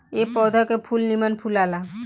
ए पौधा के फूल निमन फुलाला